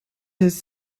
his